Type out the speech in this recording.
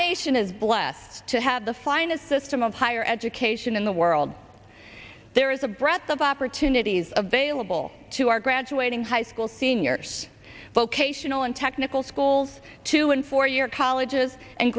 nation is blessed to have the finest system of higher education in the world there is a breadth of opportunities available to our graduating high school seniors vocational and technical schools two and four year colleges and